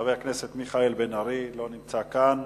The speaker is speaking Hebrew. חבר הכנסת מיכאל בן-ארי, לא נמצא כאן.